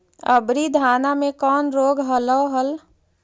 अबरि धाना मे कौन रोग हलो हल?